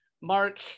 Mark